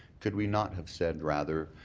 could we not have said, rather,